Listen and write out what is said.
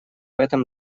этом